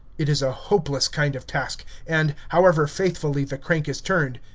it is a hopeless kind of task, and, however faithfully the crank is turned,